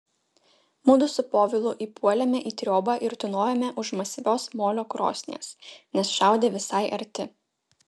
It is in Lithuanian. mudu su povilu įpuolėme į triobą ir tūnojome už masyvios molio krosnies nes šaudė visai arti